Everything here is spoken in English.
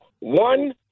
One